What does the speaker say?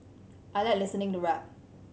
I like listening to rap